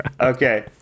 Okay